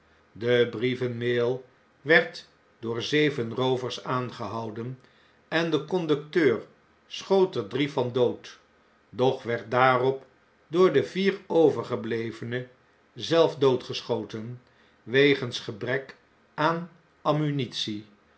de brievenmail werd door zeven roovers aangehouden en de conducteur schoot er drie van dood doch werd daarop door de vier overgeblevene zelf doodgeschoten b wegens gebrek aan ammunitie